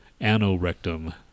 anorectum